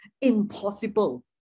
impossible